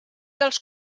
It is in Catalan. dels